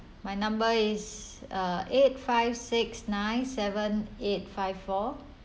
my number is uh eight five six nine seven eight five four